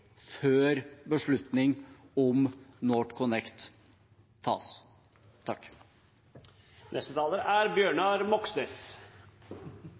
før beslutning om NorthConnect tas?